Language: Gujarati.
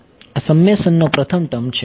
આ સમ્મેશનનો પ્રથમ ટર્મ છે